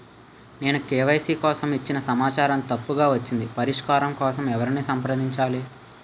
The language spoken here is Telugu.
నేను కే.వై.సీ కోసం ఇచ్చిన సమాచారం తప్పుగా వచ్చింది పరిష్కారం కోసం ఎవరిని సంప్రదించాలి?